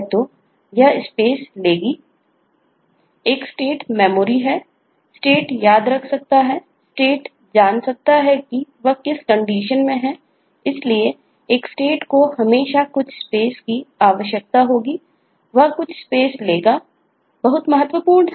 तो इसकी स्टेट्स है